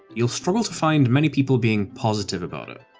you'll struggle to find many people being positive about it.